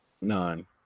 None